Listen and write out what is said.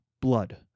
blood